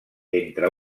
entre